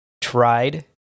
tried